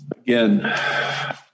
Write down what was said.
Again